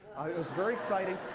it was very exciting.